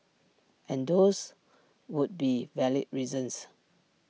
and those would be valid reasons